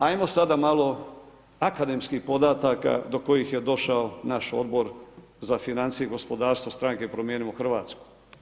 Ajmo sada malo akademskih podataka do kojih je došao naš Odbor za financije i gospodarstvo stranke Promijenimo Hrvatsku.